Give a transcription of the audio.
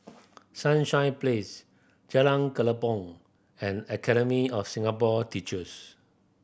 Sunshine Place Jalan Kelempong and Academy of Singapore Teachers